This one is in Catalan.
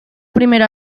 primera